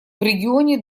регионе